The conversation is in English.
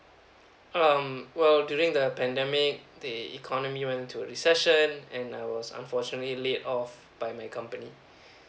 um well during the pandemic the economy went to a recession and I was unfortunately layoff by my company